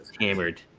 hammered